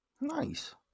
Nice